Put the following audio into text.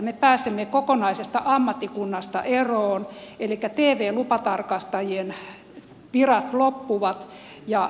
me pääsemme kokonaisesta ammattikunnasta eroon elikkä tv lupatarkastajien virat loppuvat